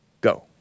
Go